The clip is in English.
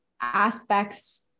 aspects